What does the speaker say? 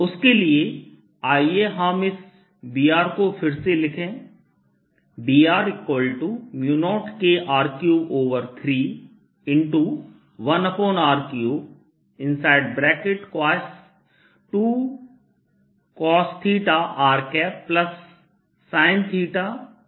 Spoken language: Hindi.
उसके लिए आइए हम इस Br को फिर से लिखें Br0KR331r32cosθrsinθ होता है